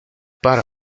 para